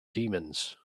demons